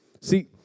See